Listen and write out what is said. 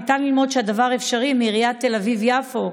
ניתן ללמוד שהדבר אפשרי מעיריית תל אביב-יפו,